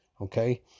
okay